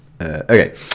okay